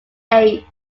age